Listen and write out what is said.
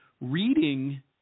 reading